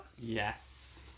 Yes